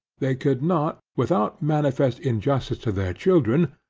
they could not, without manifest injustice to their children,